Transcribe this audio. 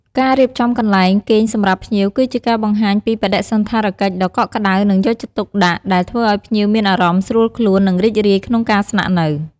ការរៀបចំកន្លែងគេងសម្រាប់ភ្ញៀវ គឺជាការបង្ហាញពីបដិសណ្ឋារកិច្ចដ៏កក់ក្តៅ និងយកចិត្តទុកដាក់ ដែលធ្វើឲ្យភ្ញៀវមានអារម្មណ៍ស្រួលខ្លួន និងរីករាយក្នុងការស្នាក់នៅ។